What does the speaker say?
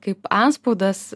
kaip antspaudas